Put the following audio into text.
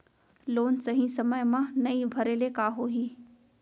Loan सही समय मा नई भरे ले का होही?